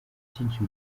byinshi